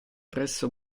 presso